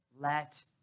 let